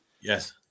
Yes